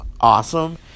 awesome